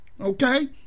Okay